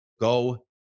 go